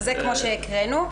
כמו שהקראנו.